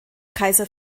kaiser